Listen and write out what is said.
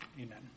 amen